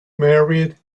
married